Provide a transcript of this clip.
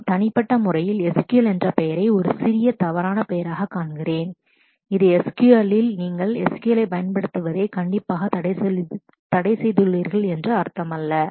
நான் தனிப்பட்ட முறையில் SQL என்ற பெயரை ஒரு சிறிய தவறான பெயராகக் காண்கிறேன் அது SQL இல் நீங்கள் SQL ஐப் பயன்படுத்துவதை கண்டிப்பாக தடைசெய்துள்ளீர்கள் prohibited என்று அர்த்தமல்ல